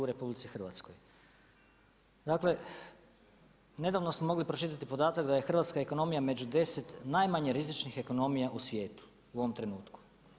Dakle, nedavno smo mogli pročitati podatak da je hrvatska ekonomija među 10 najmanje rizičnih ekonomija u svijetu u ovom trenutku.